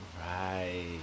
Right